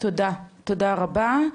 תודה רבה,